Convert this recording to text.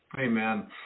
Amen